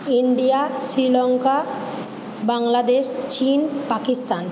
India Sri Lanka Bangladesh চীন পাকিস্তান